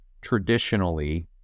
Traditionally